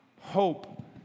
Hope